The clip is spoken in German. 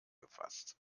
gefasst